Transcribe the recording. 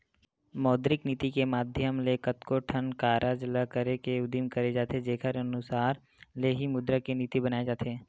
मौद्रिक नीति के माधियम ले कतको ठन कारज ल करे के उदिम करे जाथे जेखर अनसार ले ही मुद्रा के नीति बनाए जाथे